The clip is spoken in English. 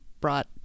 brought